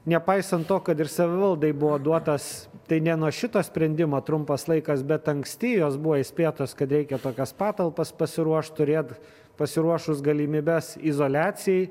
nepaisant to kad ir savivaldai buvo duotas tai ne nuo šito sprendimo trumpas laikas bet anksti jos buvo įspėtos kad reikia tokias patalpas pasiruošt turėt pasiruošus galimybes izoliacijai